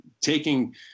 taking